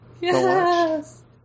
Yes